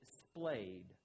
displayed